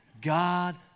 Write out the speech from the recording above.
God